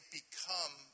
become